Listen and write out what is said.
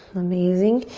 amazing.